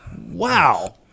Wow